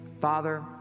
Father